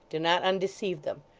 do not undeceive them.